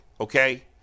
Okay